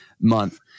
month